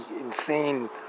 insane